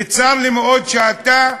וצר לי מאוד שאתה,